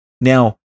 now